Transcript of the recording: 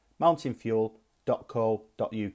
mountainfuel.co.uk